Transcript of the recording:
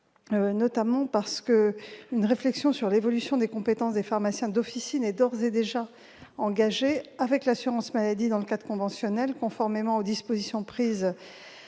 387 rectifié . Une réflexion sur l'évolution des compétences des pharmaciens d'officine est d'ores et déjà engagée avec l'assurance maladie dans le cadre conventionnel, conformément aux dispositions prises